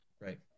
Right